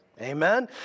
Amen